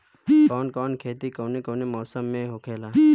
कवन कवन खेती कउने कउने मौसम में होखेला?